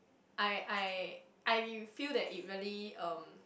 I I I feel that it really um